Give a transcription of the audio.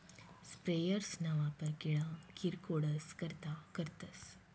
sprayers ना वापर किडा किरकोडस करता करतस